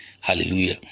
Hallelujah